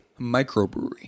Microbrewery